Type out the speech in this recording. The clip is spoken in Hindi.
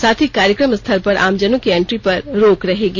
साथ ही कार्यक्रम स्थल पर आमजनों की एंट्री पर रोक रहेगी